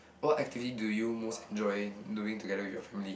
what activity do you most enjoy doing together with your family